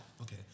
Okay